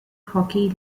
hockey